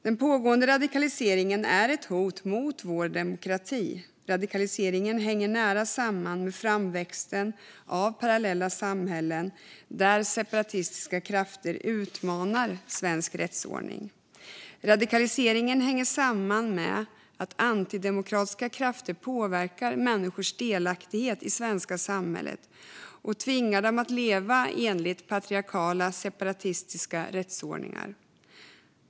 Den pågående radikaliseringen är ett hot mot vår demokrati. Radikaliseringen hänger nära samman med framväxten av parallella samhällen där separatistiska krafter utmanar svensk rättsordning. Radikaliseringen hänger också samman med att antidemokratiska krafter påverkar människors delaktighet i det svenska samhället och tvingar dem att leva enligt patriarkala, separatistiska rättsordningar.